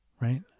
right